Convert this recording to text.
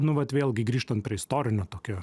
nu vat vėlgi grįžtant prie istorinio tokio